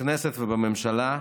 בכנסת ובממשלה,